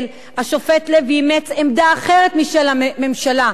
השופט לוי אימץ עמדה אחרת מעמדת הממשלה,